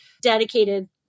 dedicated